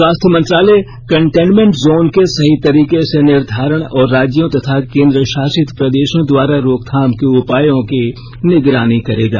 स्वास्थ्य मंत्रालय containment zone के सही तरीके से निर्धारण और राज्यों तथा केन्द्र शासित प्रदेशों द्वारा रोकथाम के उपायों की निगरानी करेगा